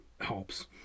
helps